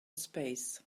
space